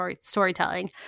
storytelling